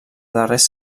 darrers